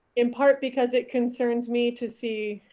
in part because it concerns me to see